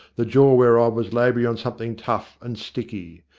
the jaw whereof was labouring on something tough and sticky.